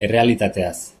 errealitateaz